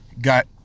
got